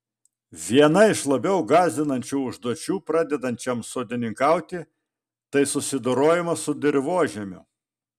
viena iš labiau gąsdinančių užduočių pradedančiam sodininkauti tai susidorojimas su dirvožemiu